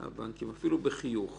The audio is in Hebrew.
אפילו בחיוך.